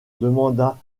demanda